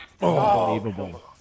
Unbelievable